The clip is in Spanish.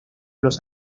los